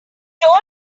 told